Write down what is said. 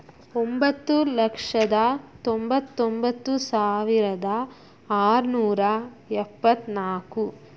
ಒಂಬತ್ತು ಲಕ್ಷದ ತೊಂಬತ್ತೊಂಬತ್ತು ಸಾವಿರದ ಆರುನೂರ ಎಪ್ಪತ್ತ್ನಾಲ್ಕು